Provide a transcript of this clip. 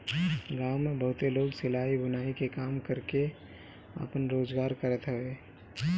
गांव में बहुते लोग सिलाई, बुनाई के काम करके आपन रोजगार करत हवे